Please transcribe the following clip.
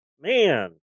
Man